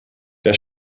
der